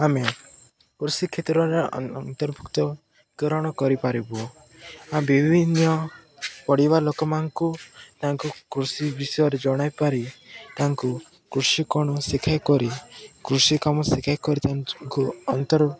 ଆମେ କୃଷି କ୍ଷେତ୍ରରେ ଅନ୍ତର୍ଭୁକ୍ତକରଣ କରିପାରିବୁ ବିଭିନ୍ନ ପରିବା ଲୋକମାନଙ୍କୁ ତାଙ୍କୁ କୃଷି ବିଷୟରେ ଜଣାଇ ପାରି ତାଙ୍କୁ କୃଷି କ'ଣ ଶିଖାଇ କରି କୃଷି କାମ ଶିଖାଇ କରି ତାଙ୍କୁ